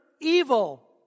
evil